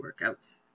workouts